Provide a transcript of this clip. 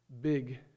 big